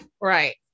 Right